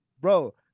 Bro